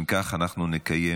אם כך, אנחנו נקיים